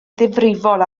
ddifrifol